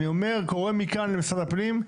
אני אומר וקורא מכאן למשרד הפנים,